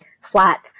flat